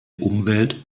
umwelt